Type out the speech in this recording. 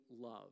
love